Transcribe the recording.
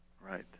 Right